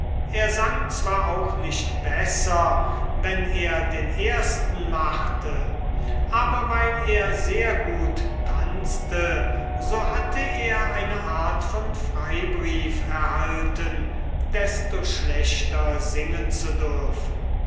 er sang zwar auch nicht besser wenn er den ersten machte aber weil er sehr gut tanzte so hatte er eine art von privilegium erhalten desto schlechter singen zu dürfen